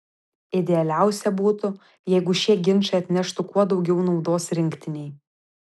idealiausia būtų jeigu šie ginčai atneštų kuo daugiau naudos rinktinei